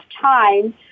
time